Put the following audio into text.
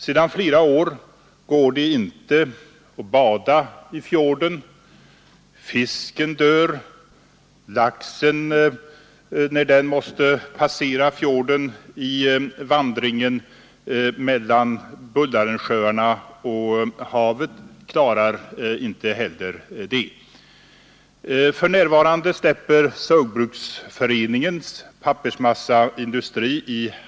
Sedan flera år går det inte att bada i fjorden. Fisken dör, även laxen när den måste passera fjorden i vandringen mellan Bullarensjöarna och havet.